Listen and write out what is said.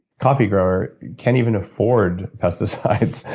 coffee grower can't even afford pesticides.